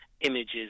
images